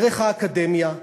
דרך האקדמיה,